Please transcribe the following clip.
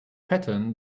pattern